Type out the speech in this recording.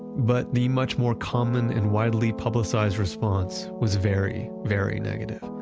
but the much more common and widely publicized response was very, very negative.